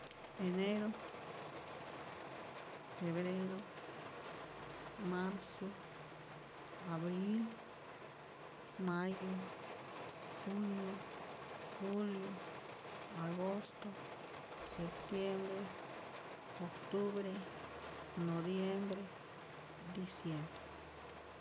Enero febrero marzo abril mayo junio julio agosto septiembre octubre nodiembre diciembre